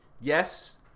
yes